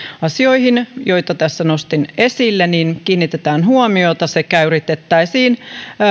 asioihin joita tässä nostin esille kiinnitetään huomiota sekä yritettäisiin